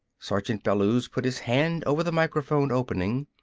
sergeant bellews put his hand over the microphone opening.